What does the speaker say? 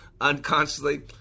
unconsciously